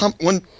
one